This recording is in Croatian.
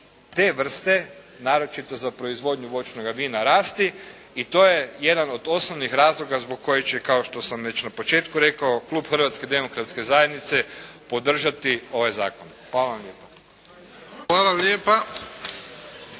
te vrste naročito za proizvodnju voćnoga vina rasti i to je jedan od osnovnih razloga zbog kojih će kao što sam već na početku rekao, klub Hrvatske demokratske zajednice podržati ovaj zakon. Hvala vam lijepa. **Bebić,